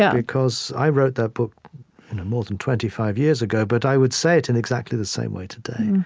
yeah because i wrote that book more than twenty five years ago, but i would say it in exactly the same way today.